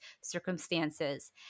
circumstances